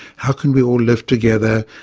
how can we all live together.